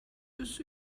ist